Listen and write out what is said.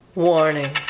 Warning